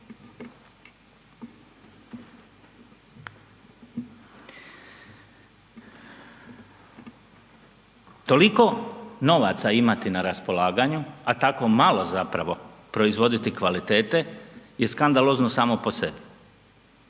Toliko novaca imati na raspolaganju a tako malo zapravo proizvoditi kvalitete je skandalozno samo po sebi.